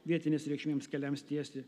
vietinės reikšmėms keliams tiesti